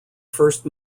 first